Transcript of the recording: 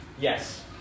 Yes